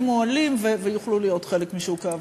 מועילים ויוכלו להיות חלק משוק העבודה.